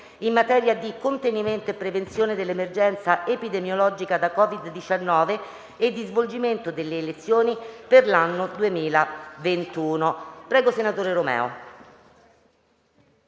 in materia di contenimento e prevenzione dell'emergenza epidemiologica da COVID-19 e di svolgimento delle elezioni per l'anno 2021» (2066).